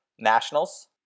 Nationals